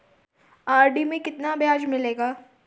RD में कितना ब्याज मिलेगा?